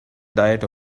diet